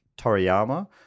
Toriyama